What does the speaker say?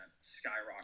skyrocket